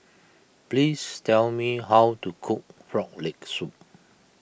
please tell me how to cook Frog Leg Soup